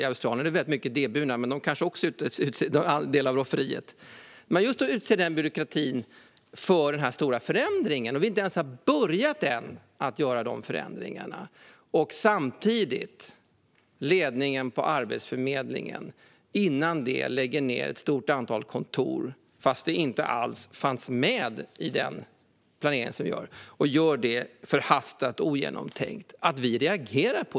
I Australien finns många idéburna aktörer, men de kanske också är en del av rofferiet. Vi ska utsätta denna byråkrati för dessa förändringar, men vi har inte börjat än. Samtidigt lägger ledningen på Arbetsförmedlingen ned ett stort antal kontor, fastän det inte alls var med i planeringen. Det sker förhastat och ogenomtänkt.